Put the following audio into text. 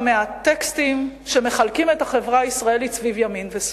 מהטקסטים שמחלקים את החברה הישראלית סביב ימין ושמאל,